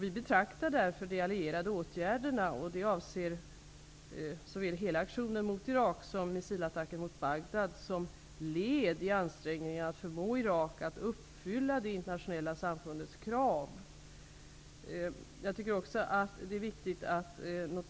Vi betraktar därför de allierades åtgärder, vilka avser såväl hela aktionen mot Irak som missilattacker mot Bagdad som led i ansträngningarna att förmå Irak att uppfylla det internationella samfundets krav.